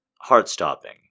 Heart-stopping